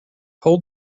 hold